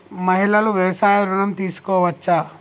మహిళలు వ్యవసాయ ఋణం తీసుకోవచ్చా?